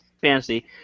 fantasy